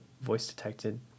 voice-detected